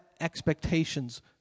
expectations